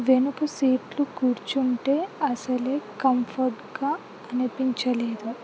వెనుక సీట్లు కూర్చుంటే అసలే కంఫర్ట్గా అనిపించలేదు